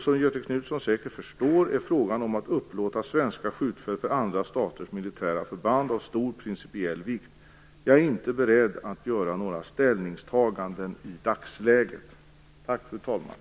Som Göthe Knutson säkert förstår är frågan om att upplåta svenska skjutfält för andra staters militära förband av stor principiell vikt. Jag är inte beredd att göra några ställningstaganden i dagsläget. Tack, fru talman!